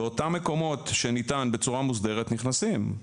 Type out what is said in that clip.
באותם מקומות שניתן בצורה מוסדרת נכנסים,